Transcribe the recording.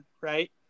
right